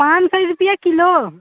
पाँच सौ रुपया किलो